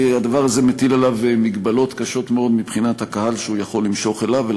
הדבר הזה מטיל עליו מגבלות קשות מאוד מבחינת הקהל שהוא יכול למשוך אליו.